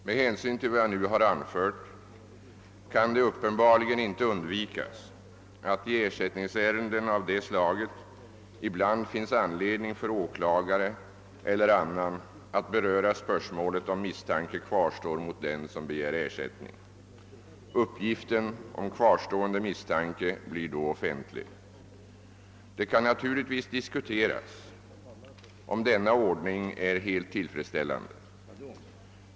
Med hänsyn till vad jag nu har anfört kan det uppenbarligen inte undvikas att i ersättningsärenden av detta slag ibland finns anledning för åklagare eller annan att beröra spörsmålet om misstanke kvarstår mot den som begär ersättning. Uppgiften om kvarstående misstanke blir då offentlig. Det kan naturligen diskuteras om denna ordning är helt tillfredsställande.